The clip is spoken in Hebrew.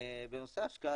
צריך רק לזכור,